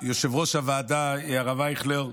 יושב-ראש הוועדה הרב אייכלר,